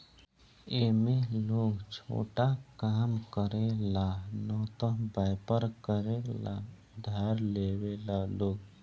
ए में लोग छोटा काम करे ला न त वयपर करे ला उधार लेवेला लोग